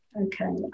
Okay